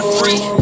free